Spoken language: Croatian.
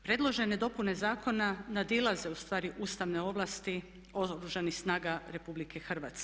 Predložene dopune zakona nadilaze ustvari ustavne ovlasti Oružanih snaga RH.